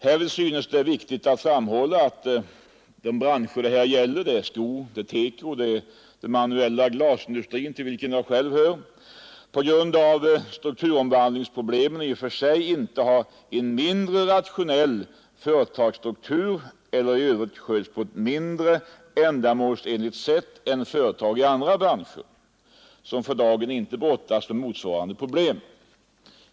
Härvid synes det viktigt att framhålla att de branscher det här gäller — sko-, TEKO och den manuella glasindustrin, till vilken senare jag själv är knuten — trots strukturomvandlingsproblemen i och för sig inte har en mindre rationell företagsstruktur eller i övrigt sköts på ett mindre ändamålsenligt sätt än företag i andra branscher, som för dagen inte brottas med motsvarande problem.